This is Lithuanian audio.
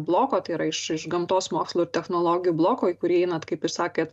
bloko tai yra iš ir gamtos mokslų ir technologijų bloko kurį einat kaip ir sakėt